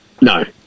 No